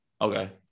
Okay